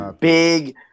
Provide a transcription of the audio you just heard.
big